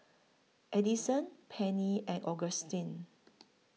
Adison Penny and Augustin